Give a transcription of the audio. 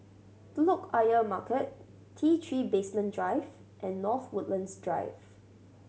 Telok Ayer Market T Three Basement Drive and North Woodlands Drive